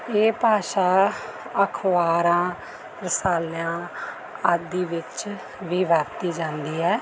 ਇਹ ਭਾਸ਼ਾ ਅਖ਼ਬਾਰਾਂ ਰਸਾਲਿਆ ਆਦਿ ਵਿੱਚ ਵੀ ਵਰਤੀ ਜਾਂਦੀ ਹੈ